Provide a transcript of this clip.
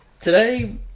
today